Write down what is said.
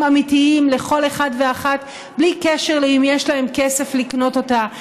אמיתיים לכל אחד ואחת בלי קשר לאם יש להם כסף לקנות אותה,